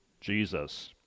Jesus